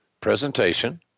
presentation